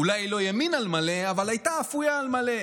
היא אולי לא ימין על מלא, אבל הייתה אפויה על מלא.